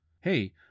Hey